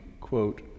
quote